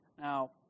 Now